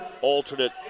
alternate